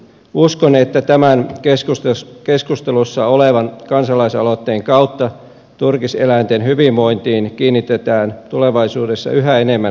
uskon että tämän keskustelussa olevan kansalaisaloitteen kautta turkiseläinten hyvinvointiin kiinnitetään tulevaisuudessa yhä enemmän huomiota